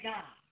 God